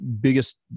biggest